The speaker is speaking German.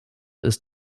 ist